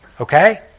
Okay